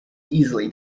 easily